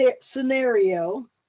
scenario